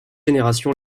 générations